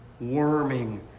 worming